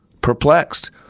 Perplexed